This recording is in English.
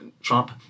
Trump